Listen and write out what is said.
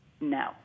No